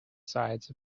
sides